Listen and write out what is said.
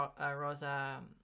rosa